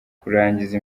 kurangiza